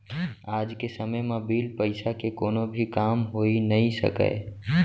आज के समे म बिन पइसा के कोनो भी काम होइ नइ सकय